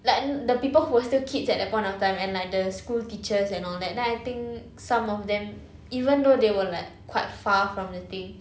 like n~ the people who were still kids at that point and like the school teachers and all that then I think some of them even though they were like quite far from the thing